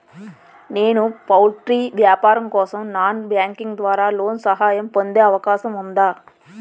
నేను పౌల్ట్రీ వ్యాపారం కోసం నాన్ బ్యాంకింగ్ ద్వారా లోన్ సహాయం పొందే అవకాశం ఉందా?